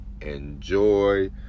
Enjoy